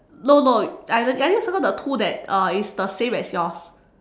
no no I just I just circle the two that uh is same as yours